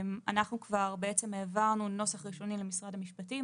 אנחנו כבר העברנו נוסח ראשוני למשרד המשפטים,